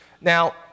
Now